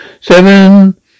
Seven